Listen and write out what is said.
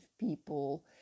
people